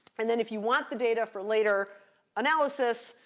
and then if you want the data for later analysis,